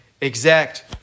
exact